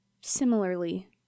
Similarly